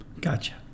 Gotcha